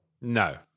No